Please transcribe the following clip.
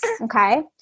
Okay